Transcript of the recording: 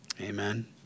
Amen